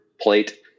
plate